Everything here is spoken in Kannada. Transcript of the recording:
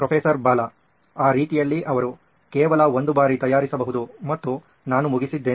ಪ್ರೊಫೆಸರ್ ಬಾಲಾ ಆ ರೀತಿಯಲ್ಲಿ ಅವರು ಕೇವಲ ಒಂದು ಬಾರಿ ತಯಾರಿಸಬಹುದು ಮತ್ತು ನಾನು ಮುಗಿಸಿದ್ದೇನೆ